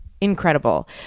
incredible